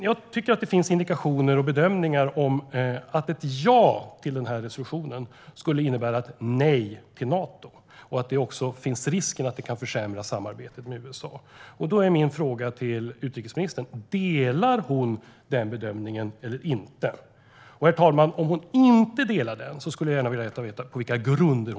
Jag tycker att det finns indikationer på och bedömningar om att ett ja till den här resolutionen skulle innebära ett nej till Nato, och att det finns risk för att det kan försämra samarbetet med USA. Instämmer utrikesministern i den bedömningen eller inte? Om hon inte gör det skulle jag gärna vilja veta på vilka grunder.